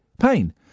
pain